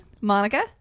Monica